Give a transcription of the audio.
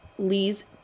lee's